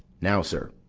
now, sir,